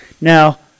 Now